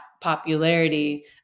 popularity